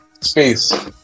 space